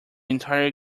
entire